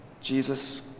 Jesus